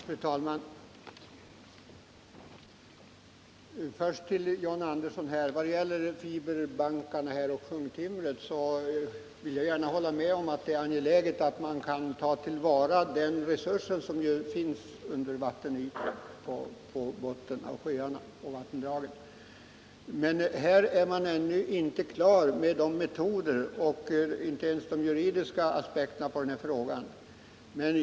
Fru talman! Först till John Andersson: Vad gäller fiberbankarna och sjunktimret vill jag gärna hålla med om att det är angeläget att man kan ta till vara denna resurs som finns under vattenytan, på botten av sjöarna och vattendragen. Men här är man ännu inte klar med metoderna och inte ens med de juridiska aspekterna.